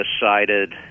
decided